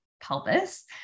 pelvis